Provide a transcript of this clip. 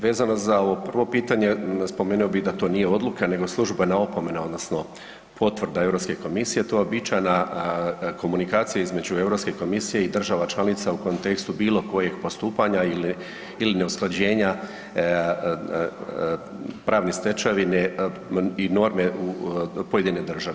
Vezano za ovo prvo pitanje spomenuo bi da to nije odluka nego službena opomena odnosno potvrda Europske komisije to je uobičajena komunikacija između Europske komisije i država članica u kontekstu bilo kojeg postupanja ili ne usklađenja pravne stečevine i norme pojedine države.